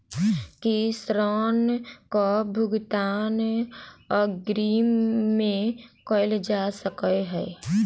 की ऋण कऽ भुगतान अग्रिम मे कैल जा सकै हय?